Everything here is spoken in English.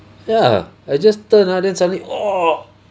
ya I just turn ah then suddenly oh